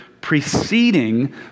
preceding